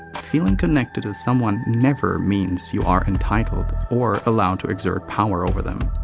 feeling connected to someone never means you are entitled, or allowed to exert power over them.